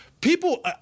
People